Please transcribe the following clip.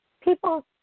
people